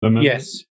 Yes